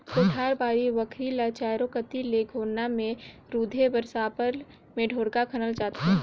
कोठार, बाड़ी बखरी ल चाएरो कती ले घोरना मे रूधे बर साबर मे ढोड़गा खनल जाथे